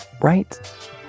right